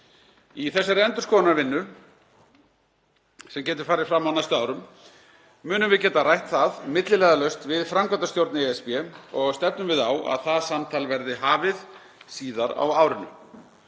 Í þessari endurskoðunarvinnu sem getur farið fram á næstu árum munum við geta rætt það milliliðalaust við framkvæmdastjórn ESB og stefnum við á að það samtal verði hafið síðar á árinu.